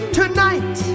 tonight